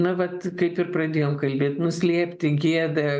na vat kaip ir pradėjom kalbėt nuslėpti gėda